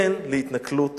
כן להתנכלות